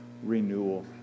renewal